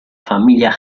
famiglia